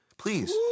Please